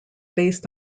based